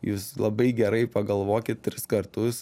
jūs labai gerai pagalvokit tris kartus